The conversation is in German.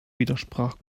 widersprach